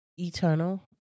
Eternal